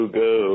go